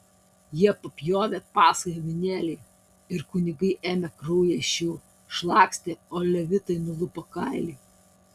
jie papjovė paschai avinėlį ir kunigai ėmė kraują iš jų šlakstė o levitai nulupo kailį